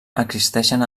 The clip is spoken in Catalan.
existixen